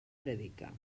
predica